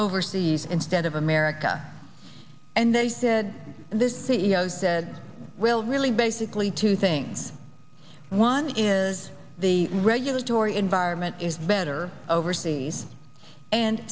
overseas instead of america and they said this c e o said well really basically two things one is the regulatory environment is better overseas and